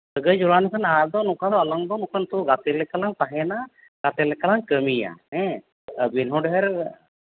ᱥᱟᱹᱜᱟᱹᱭ ᱡᱚᱲᱟᱣ ᱞᱮᱱᱠᱷᱟᱱ ᱟᱫᱚ ᱟᱞᱟᱝ ᱫᱚ ᱱᱚᱝᱠᱟ ᱫᱚ ᱜᱟᱛᱮ ᱞᱮᱠᱟᱞᱟᱝ ᱛᱟᱦᱮᱱᱟ ᱜᱟᱛᱮ ᱞᱮᱠᱟᱞᱟᱝ ᱠᱟᱹᱢᱤᱭᱟ ᱦᱮᱸ ᱟᱹᱵᱤᱱ ᱦᱚᱸ ᱰᱷᱮᱹᱨ